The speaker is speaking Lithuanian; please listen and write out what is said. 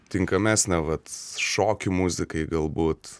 tinkamesnė vat šokių muzikai galbūt